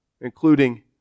including